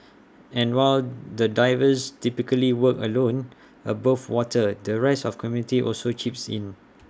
and while the divers typically work alone above water the rest of community also chips in